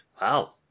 wow